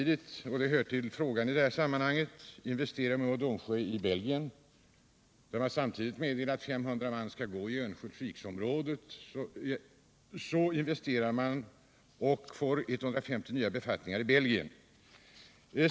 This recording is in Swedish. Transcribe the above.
Det hör till frågan att samtidigt som Mo och Domsjö meddelar att 500 man skall gå i Örnsköldsviksområdet in vesterar man i Belgien och får 150 nya befattningar där.